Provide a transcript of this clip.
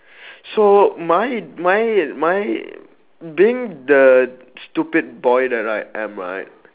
so my my my being the stupid boy that I am right